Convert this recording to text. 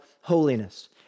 holiness